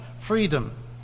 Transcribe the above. Freedom